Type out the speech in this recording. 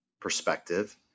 perspective –